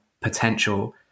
potential